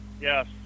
Yes